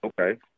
Okay